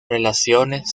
relaciones